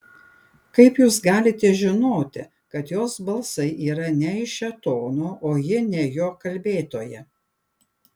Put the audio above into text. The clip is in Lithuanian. kaip jūs galite žinoti kad jos balsai yra ne iš šėtono o ji ne jo kalbėtoja